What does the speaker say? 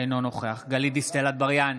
אינו נוכח גלית דיסטל אטבריאן,